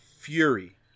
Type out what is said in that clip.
Fury